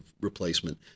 replacement